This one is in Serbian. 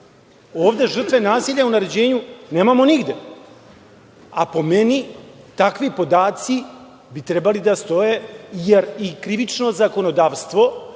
Ovde žrtvu nasilja u naređenju nemamo nigde, a po meni, takvi podaci bi trebali da stoje, jer i krivično zakonodavstvo